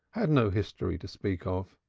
had no history to speak of.